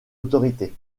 autorité